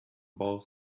both